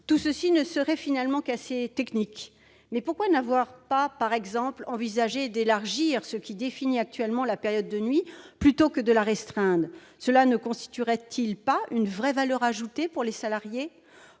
que de mesures assez techniques. Mais pourquoi n'avoir pas envisagé d'élargir ce qui définit actuellement la période de nuit plutôt que de la restreindre ? Cela ne constituerait-il pas une vraie valeur ajoutée pour les salariés ?